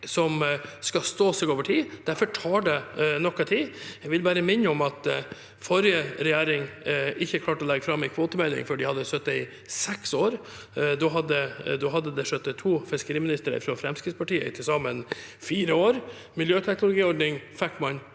som skal stå seg over tid. Derfor tar det også noe tid. Jeg vil bare minne om at forrige regjering ikke klarte å legge fram en kvotemelding før de hadde sittet i seks år. Da hadde det sittet to fiskeriministre fra Fremskrittspartiet i til sammen fire år. En miljøteknologiordning fikk man